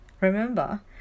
Remember